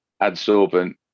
adsorbent